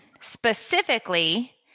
specifically